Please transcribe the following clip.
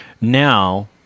Now